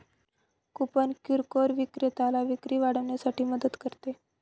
coupon किरकोळ विक्रेत्याला विक्री वाढवण्यासाठी मदत करते